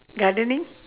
gardening